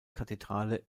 kathedrale